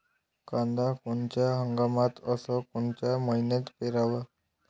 कांद्या कोनच्या हंगामात अस कोनच्या मईन्यात पेरावं?